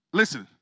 listen